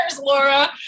Laura